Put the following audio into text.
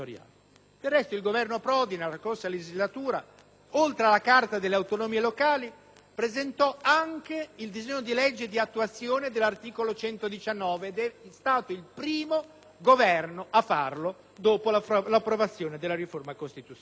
il governo Prodi nella scorsa legislatura, oltre alla Carta delle autonomie locali, presentò anche il disegno di legge di attuazione dell'articolo 119 ed è stato il primo Governo a farlo dopo l'approvazione della riforma costituzionale.